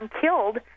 killed